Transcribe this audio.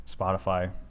Spotify